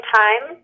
time